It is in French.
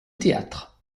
théâtre